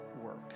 work